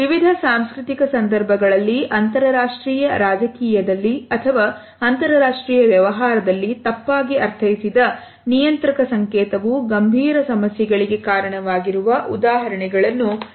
ವಿವಿಧ ಸಾಂಸ್ಕೃತಿಕ ಸಂದರ್ಭಗಳಲ್ಲಿ ಅಂತರರಾಷ್ಟ್ರೀಯ ರಾಜಕೀಯದಲ್ಲಿ ಅಥವಾ ಅಂತರರಾಷ್ಟ್ರೀಯ ವ್ಯವಹಾರದಲ್ಲಿ ತಪ್ಪಾಗಿ ಅರ್ಥೈಸಿದ ನಿಯಂತ್ರಕ ಸಂಕೇತವು ಗಂಭೀರ ಸಮಸ್ಯೆಗಳಿಗೆ ಕಾರಣವಾಗಿರುವ ಉದಾಹರಣೆಗಳನ್ನು ನಾವು ನೋಡಬಹುದು